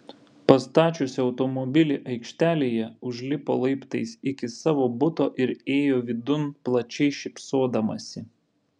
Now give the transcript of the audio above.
pastačiusi automobilį aikštelėje užlipo laiptais iki savo buto ir įėjo vidun plačiai šypsodamasi